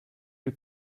you